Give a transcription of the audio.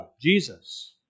Jesus